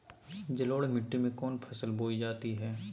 जलोढ़ मिट्टी में कौन फसल बोई जाती हैं?